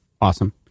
Awesome